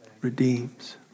redeems